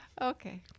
Okay